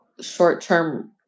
short-term